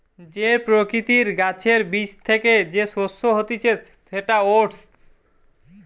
যে প্রকৃতির গাছের বীজ থ্যাকে যে শস্য হতিছে সেটা ওটস